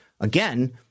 Again